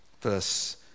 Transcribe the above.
Verse